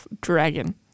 dragon